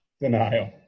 denial